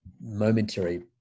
momentary